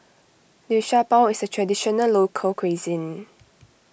Liu Sha Bao is a Traditional Local Cuisine